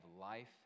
life